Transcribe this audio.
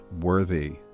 worthy